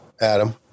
Adam